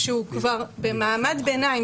כשהוא כבר במעמד ביניים,